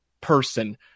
person